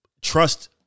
trust